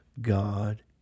God